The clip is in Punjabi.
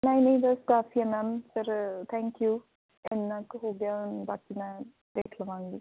ਨਹੀਂ ਨਹੀਂ ਬਸ ਕਾਫ਼ੀ ਆ ਮੈਮ ਫਿਰ ਥੈਂਕ ਯੂ ਇੰਨਾ ਕੁ ਹੋ ਗਿਆ ਬਾਕੀ ਮੈਂ ਦੇਖਲਵਾਂਗੀ